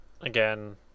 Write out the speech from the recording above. Again